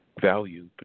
value